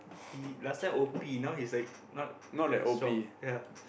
he last time o_p now he is like not that strong ya